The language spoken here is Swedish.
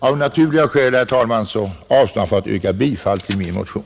Av naturliga skäl, herr talman, avstår jag från att yrka bifall till min motion.